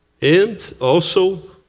and also,